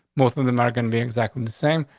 most of them them are gonna be exactly the same.